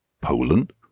Poland